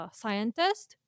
scientist